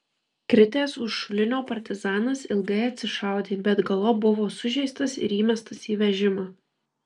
kritęs už šulinio partizanas ilgai atsišaudė bet galop buvo sužeistas ir įmestas į vežimą